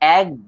Egg